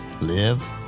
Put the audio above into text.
live